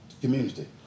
community